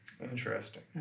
Interesting